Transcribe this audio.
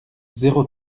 zéro